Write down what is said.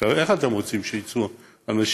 אז איך אתם רוצים שאנשים יצאו מהעוני?